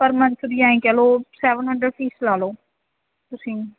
ਪਰ ਮੰਥ ਦੀ ਐਂਈ ਕਹਿ ਲਉ ਸੈਵਨ ਹੰਡਰਡ ਫੀਸ ਲਾ ਲਉ ਤੁਸੀਂ